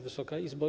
Wysoka Izbo!